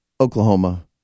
Oklahoma